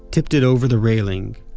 tipped it over the railing,